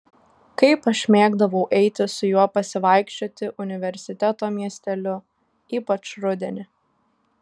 kaip aš mėgdavau eiti su juo pasivaikščioti universiteto miesteliu ypač rudenį